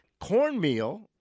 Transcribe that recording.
Cornmeal